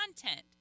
content